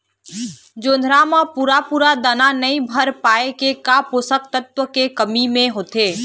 जोंधरा म पूरा पूरा दाना नई भर पाए का का पोषक तत्व के कमी मे होथे?